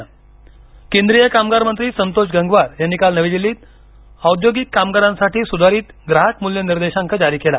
महागाई निर्देशांक केंद्रीय कामगार मंत्री संतोष गंगवार यांनी काल नवी दिल्लीत औद्योगिक कामगारांसाठी सुधारित ग्राहक मूल्य निर्देशांक जारी केला